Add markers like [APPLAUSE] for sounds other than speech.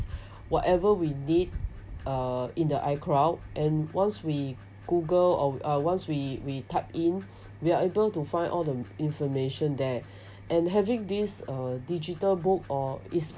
whatever we need uh in the icloud and once we google or uh once we we typed in we are able to find all the information there [BREATH] and having these uh digital book or is